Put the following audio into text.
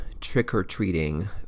trick-or-treating